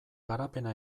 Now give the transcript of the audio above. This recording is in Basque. garapena